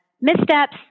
missteps